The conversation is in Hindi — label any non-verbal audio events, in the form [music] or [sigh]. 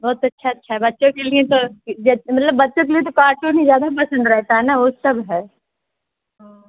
बहुत अच्छा अच्छा बच्चों के लिए तो [unintelligible] मतलब बच्चों के लिए तो कार्टून ही ज़्यादा पसंद रहता है ना वह सब है हाँ